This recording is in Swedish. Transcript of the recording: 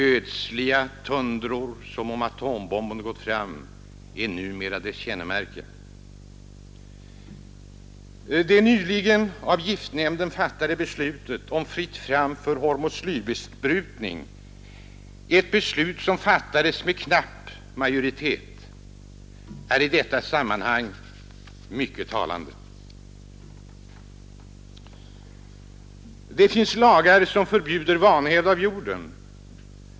Ödsliga tundror, som om atombomben gått fram, är numera dess kännemärke. Det nyligen av giftnämnden fattade beslutet om fritt fram för hormoslyrbesprutning — ett beslut som fattades med knapp majoritet — är i detta sammanhang mycket talande. Det finns lagar som förbjuder vanhävd av jorden.